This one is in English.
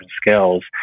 skills